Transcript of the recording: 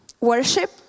worship